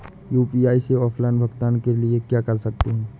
UPI से offline भुगतान के लिए क्या कर सकते हैं?